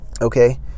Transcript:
okay